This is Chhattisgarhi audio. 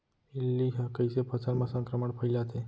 इल्ली ह कइसे फसल म संक्रमण फइलाथे?